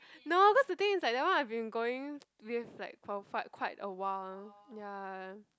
no cause the thing is like that one I've been going with like for fa~ quite a while ah ya